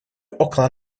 около